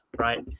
right